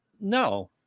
No